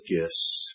gifts